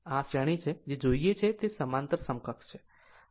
આમ આ શ્રેણી છે જે જોઈએ છે તે સમાંતર સમકક્ષ છે